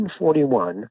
1941